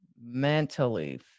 mentally